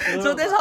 no no no but